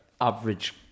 average